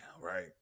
right